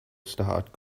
started